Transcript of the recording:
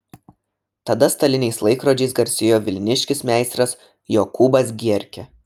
tada staliniais laikrodžiais garsėjo vilniškis meistras jokūbas gierkė